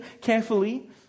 carefully